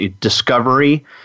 discovery